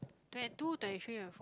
twenty two twenty three have